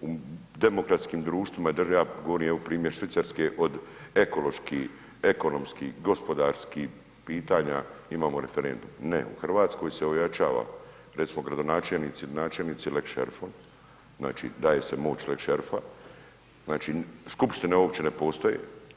u demokratskim društvima i državama, ja govorim, evo primjer Švicarske, od ekološki, ekonomski, gospodarski pitanja imamo referendum, ne u RH se ojačava, recimo, gradonačelnici, načelnici, lex šerifovi, znači, daje se moć lex šerifa, znači, skupštine uopće ne postoje.